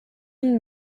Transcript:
une